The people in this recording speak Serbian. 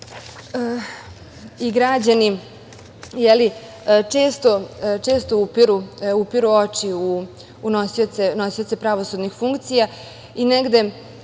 i građani, često upiru oči u nosioce pravosudnih funkcija. Negde,